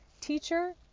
Teacher